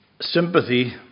sympathy